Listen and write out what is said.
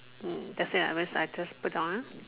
mm that's it I'm just I just put it on